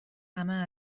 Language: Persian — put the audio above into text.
همه